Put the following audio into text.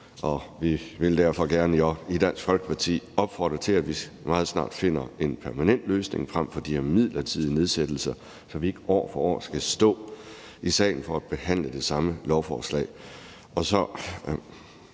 Vi vil derfor gerne i Dansk Folkeparti opfordre til, at vi meget snart finder en permanent løsning frem for de her midlertidige nedsættelser, så vi ikke år for år skal stå i salen og behandle det samme lovforslag.